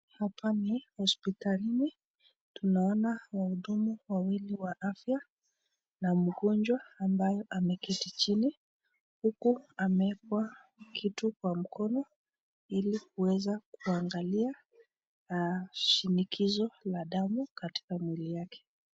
Hapa ni hospitalini. Tunaona wahudumu wawili wa afya na mgonjwa ambayo ameketi chini huku amewekwa kitu kwa mkono ili kuweza kuangalia shinikizo la damu katika mwili yake.